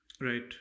Right